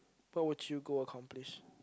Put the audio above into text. what would you go accomplish